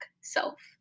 self